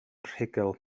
rhugl